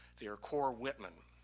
they are core whitman.